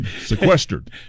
Sequestered